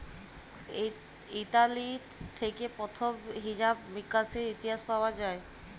Italy থেক্যে প্রথম হিছাব মিকাশের ইতিহাস পাওয়া যায়